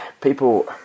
people